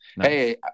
Hey